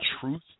truth